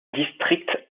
district